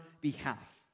behalf